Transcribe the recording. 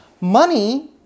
Money